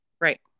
Right